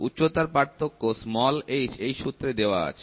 উচ্চতার পার্থক্য h এই সূত্রে দেওয়া আছে